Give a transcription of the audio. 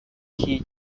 key